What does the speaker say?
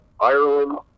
Ireland